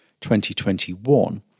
2021